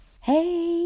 Hey